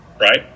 Right